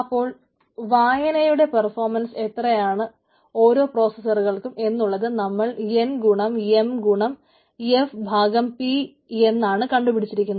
അപ്പോൾ വായനയുടെ പെർഫോമൻസ് എത്രയാണ് ഓരോ പ്രൊസ്സസറുകൾക്കും എന്നുള്ളത് നമ്മൾ എൻ ഗുണം എം ഗുണം എഫ് ഭാഗം പി എന്നാണ് കണ്ടു പിടികുന്നത്